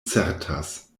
certas